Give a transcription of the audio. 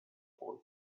boy